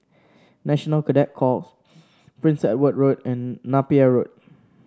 National Cadet Corps Prince Edward Road and Napier Road